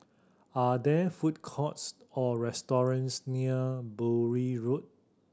are there food courts or restaurants near Bury Road